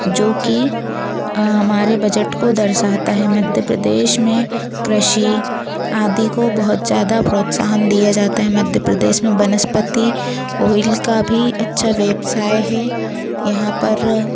जो कि हमारे बजट को दर्शाता है मध्य प्रदेश में कृषि आदि को बहुत ज़्यादा प्रोत्साहन दिया जाता है मध्य प्रदेश में वनस्पति ऑइल का भी अच्छा व्यवसाय है यहाँ पर